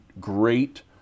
great